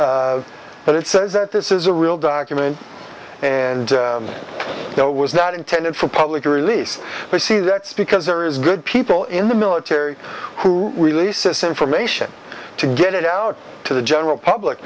but it says that this is a real document and it was not intended for public release but see that's because there is good people in the military who release this information to get it out to the general public